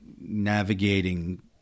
navigating